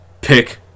pick